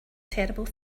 terrible